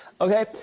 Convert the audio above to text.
Okay